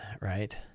right